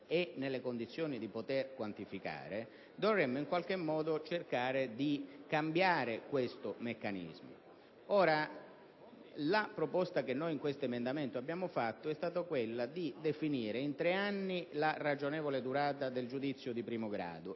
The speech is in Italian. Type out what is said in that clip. è nelle condizioni di poter quantificare, dovremmo in qualche modo cercare di cambiare questo meccanismo. La proposta contenuta nell'emendamento 1.24 è stata quella di definire in tre anni la ragionevole durata del giudizio di primo grado,